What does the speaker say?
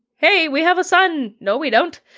hey, we have a son. no, we don't!